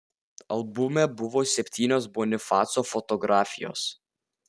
albume buvo septynios bonifaco fotografijos